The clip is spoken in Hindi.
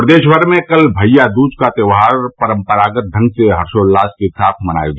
प्रदेश भर में कल भइया दूज का त्यौहार परम्परागत ढंग से हर्षोल्लास के साथ मनाया गया